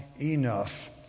enough